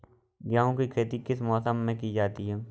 गेहूँ की खेती किस मौसम में की जाती है?